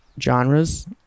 genres